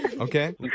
Okay